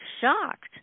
shocked